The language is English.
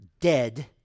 dead